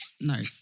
no